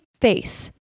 face